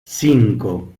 cinco